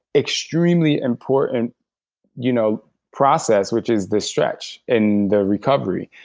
extremely important you know process, which is the stretch and the recovery.